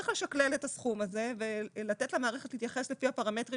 צריך לשכלל את הסכום הזה ולתת למערכת להתייחס לפי הפרמטרים